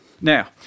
Now